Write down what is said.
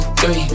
three